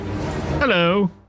Hello